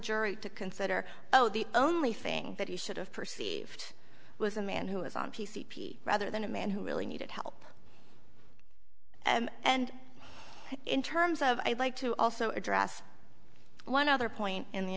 jury to consider oh the only thing that he should have perceived was a man who was on p c p rather than a man who really needed help and in terms of i'd like to also address one other point in the